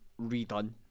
redone